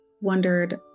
wondered